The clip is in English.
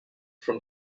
from